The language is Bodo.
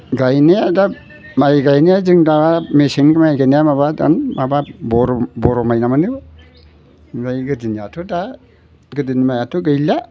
गायनाया दा माइ गायनाया जोंना मेसेंनि माइ गायनाया माबा दान माबा बर' बर' माइ ना मानो ओमफाय गोदोनियाथ' दा गोदोनि माइयाथ' गैला